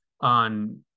on